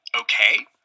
okay